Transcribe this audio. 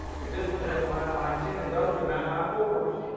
but this one is a five by ten and those are nine by fours.